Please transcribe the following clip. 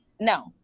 No